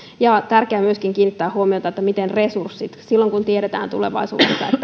tärkeää on myöskin kiinnittää huomiota siihen miten resurssit ovat silloin kun tiedetään tulevaisuudessa